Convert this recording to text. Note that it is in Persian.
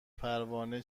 پروانه